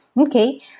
Okay